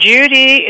Judy